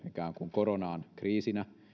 ikään kuin koronaan kriisinä